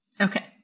Okay